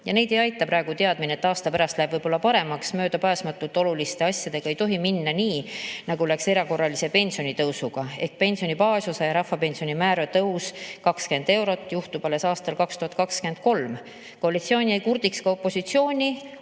ja neid ei aita praegu teadmine, et aasta pärast läheb võib-olla paremaks. Möödapääsmatult oluliste asjadega ei tohi minna nii, nagu läks erakorralise pensionitõusuga ehk pensioni baasosa ja rahvapensioni määra tõus 20 eurot juhtub alles aastal 2023. Koalitsioon jäi kurdiks opositsiooni,